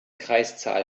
kreiszahl